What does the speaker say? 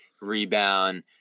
rebound